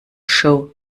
show